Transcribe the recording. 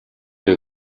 der